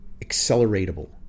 acceleratable